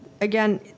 again